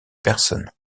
personnes